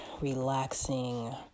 relaxing